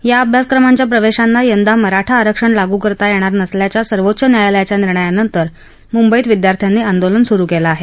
या अभ्यासक्रमांच्या प्रवेशांना यंदा मराठा आरक्षण लागू करता येणार नसल्याच्या सर्वोच्च न्यायालयाच्या निर्णयानंतर मुंबईत विद्यार्थ्यांनी आंदोलन सुरू केलं आहे